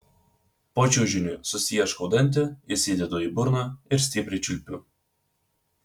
po čiužiniu susiieškau dantį įsidedu į burną ir stipriai čiulpiu